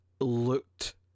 looked